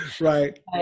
right